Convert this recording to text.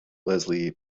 leslie